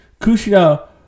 Kushida